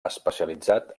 especialitzat